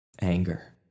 Anger